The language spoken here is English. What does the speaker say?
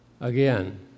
Again